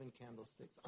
candlesticks